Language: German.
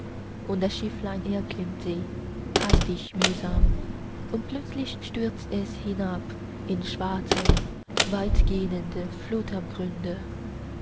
und das schifflein erklimmt sie hastig mühsam und plötzlich stürzt es hinab in schwarze weitgähnende